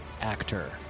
actor